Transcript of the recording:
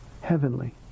heavenly